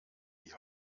die